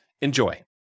Enjoy